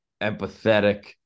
empathetic